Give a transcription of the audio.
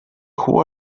who